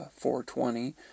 420